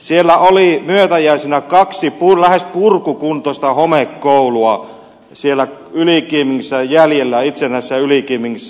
siellä oli myötäjäisinä kaksi lähes purkukuntoista homekoulua siellä ylikiimingissä jäljellä itsenäisessä ylikiimingissä